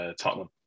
Tottenham